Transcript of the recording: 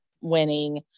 winning